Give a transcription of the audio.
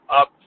up